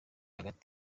hagati